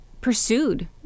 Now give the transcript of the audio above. pursued